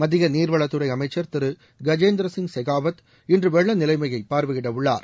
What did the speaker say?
மத்திய நீர்வளத்துறை அமைச்சர் திரு கஜேந்திரசிங் ஷெகாவத் இன்று வெள்ள நிலைமைய பார்வையிடவுள்ளார்